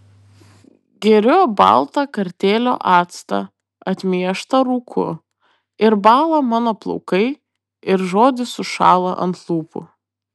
geriu baltą kartėlio actą atmieštą rūku ir bąla mano plaukai ir žodis sušąla ant lūpų